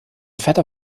vetter